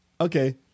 Okay